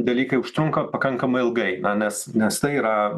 dalykai užtrunka pakankamai ilgai na nes nes tai yra